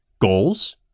goals